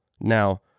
now